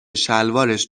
شلوارش